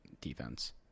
defense